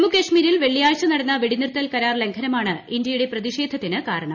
ജമ്മുകശ്മീരിൽ വെള്ളിയാഴ്ച നടന്ന വെടിനനിർത്തൽ കരാർ ലംഘനമാണ് ഇന്തൃയുടെ പ്രതിഷേധത്തിന് കാർണം